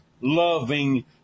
loving